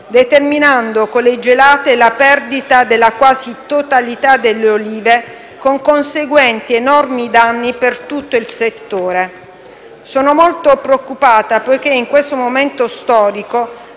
determinando con le gelate la perdita della quasi totalità delle olive, con conseguenti enormi danni per tutto il settore. Sono molto preoccupata, poiché in questo momento storico